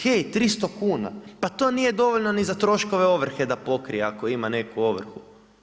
Hej, 300 kuna, pa to nije dovoljno niti za troškove ovrhe da pokrije ako ima neku ovrhu.